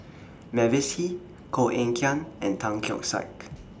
Mavis Hee Koh Eng Kian and Tan Keong Saik